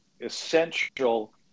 essential